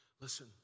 Listen